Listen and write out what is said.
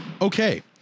Okay